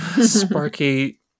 Sparky